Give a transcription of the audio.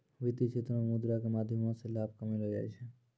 वित्तीय क्षेत्रो मे मुद्रा के माध्यमो से लाभ कमैलो जाय छै